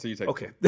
Okay